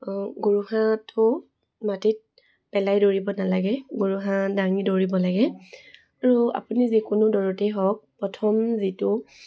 গোৰোহাটো মাটিত পেলাই দৌৰিব নালাগে গোৰোহা দাঙি দৌৰিব লাগে আৰু আপুনি যিকোনো দৌৰতেই হওক প্ৰথম যিটো